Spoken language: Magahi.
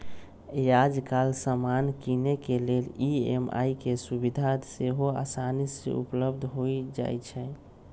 याजकाल समान किनेके लेल ई.एम.आई के सुभिधा सेहो असानी से उपलब्ध हो जाइ छइ